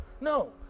No